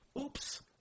oops